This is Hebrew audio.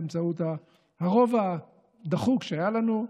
באמצעות הרוב הדחוק שהיה לנו,